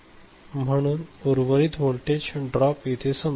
म्हणून उर्वरित voltage drop येथे संपेल